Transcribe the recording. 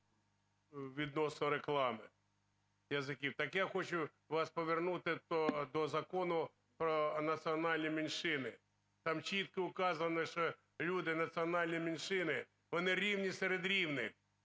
відносно реклами язиків. Так я хочу вас повернути до Закону про національні меншини, там чітко указано, що люди національних меншин вони рівні серед рівних